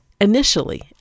Initially